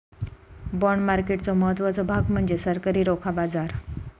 bond मार्केटचो महत्त्वाचो भाग म्हणजे सरकारी रोखा बाजार